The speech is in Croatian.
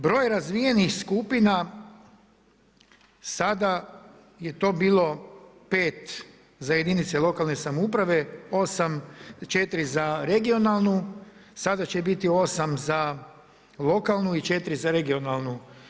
Broj razvijenih skupina sada je to bilo pet za jedinice lokalne samouprave, 4 za regionalnu, sada će biti 8 za lokalnu i 4 za regionalnu.